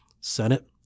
Senate